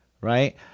Right